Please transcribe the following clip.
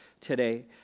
today